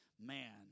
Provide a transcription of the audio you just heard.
man